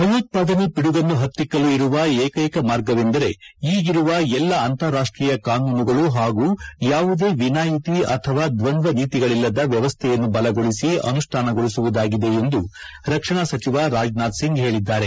ಭಯೋತ್ವಾದನೆ ಪಿಡುಗನ್ನು ಪತ್ತಿಕ್ಕಲುಇರುವ ಏಕೈಕ ಮಾರ್ಗವೆಂದರೆ ಈಗಿರುವ ಎಲ್ಲ ಅಂತಾರಾಷ್ಷೀಯ ಕಾನೂನುಗಳು ಹಾಗೂ ಯಾವುದೇ ವಿನಾಯಿತಿ ಅಥವ ಧ್ವಂದ್ವ ನೀತಿಗಳಲ್ಲದ ವ್ಯವಸ್ಠೆಯನ್ನು ಬಲಗೊಳಿಸಿ ಅನುಷ್ಣಾನಗೊಳಿಸುವುದಾಗಿದೆ ಎಂದು ರಕ್ಷಣಾ ಸಚಿವ ರಾಜನಾಥ್ ಸಿಂಗ್ ಹೇಳಿದ್ದಾರೆ